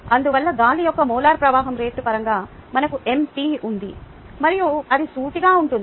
అందువల్ల గాలి యొక్క మోలార్ ప్రవాహం రేటు పరంగా మనకు ఉంది మరియు అది సూటిగా ఉంటుంది